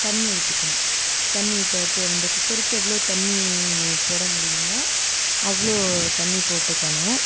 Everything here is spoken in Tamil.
தண்ணி ஊற்றிக்கணும் தண்ணி இப்போ இந்தக் குக்கருக்கு எவ்வளோ தண்ணி போடமுடியுமோ அவ்வளோ தண்ணி போட்டுக்கணும்